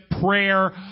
prayer